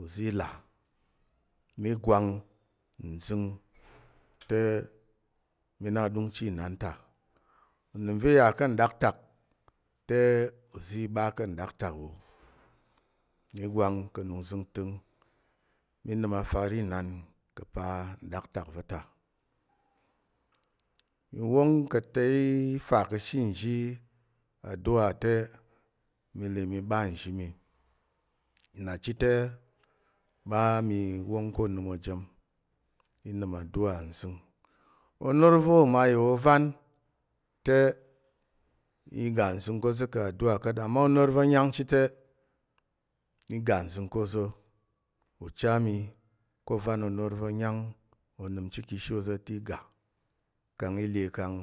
uzi i là mí gwang nzəng te mí na aɗungchi înan ta unəm va̱ i yà ka̱ nɗaktak te uzi i ɓa ka̱ nɗaktak wò mí gwang ka̱ nung zəngtəng mí nəm afar înan ka̱ pa̱ na nɗaktak va̱ ta. Wong ka̱ ta i fa ka̱she nzhi aduwa te, mi le mi ɓa nzhi mi. Na chit te, ɓa mi wong ka̱ onəm ojəm i nəm aduwa nzəng. Onoro va̱ oma ya ovan te iga nzəng ko ozo ka̱ aduwa ka̱t amma onoro va̱ nyang chit te, i ga nzəng ko ozo. Ucha mi ko ovan onoro va̱ nyang onəm chit ka̱ ishi ozo te i ga kang i le kang.